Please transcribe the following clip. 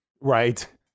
Right